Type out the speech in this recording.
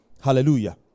Hallelujah